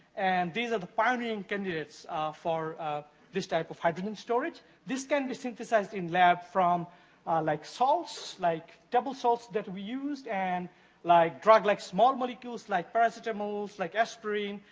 and these are the primary and candidates for this type of hydrogen storage. this can be synthesized in lab from like salts, like table salts that we use, and like like small molecules like paracetamols, like aspirin.